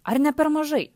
ar ne per mažai